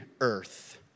earth